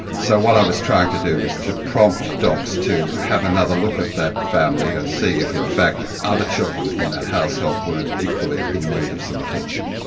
so what i was trying to do was to prompt docs to have another look at that family, and see if in fact other children in that household weren't equally in need of some attention.